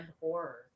horror